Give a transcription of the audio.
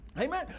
Amen